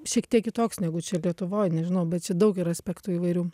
šiek tiek kitoks negu čia lietuvoj nežinau bet čia daug yra aspektu įvairių